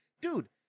Dude